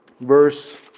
verse